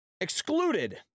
excluded